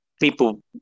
people